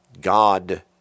God